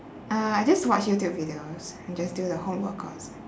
uh I just watch youtube videos and just do the home workouts